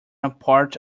apart